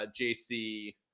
JC